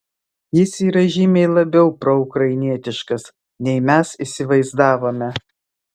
jis yra žymiai labiau proukrainietiškas nei mes įsivaizdavome